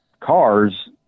cars